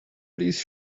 please